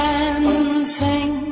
Dancing